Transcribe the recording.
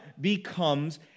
becomes